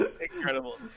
incredible